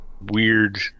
weird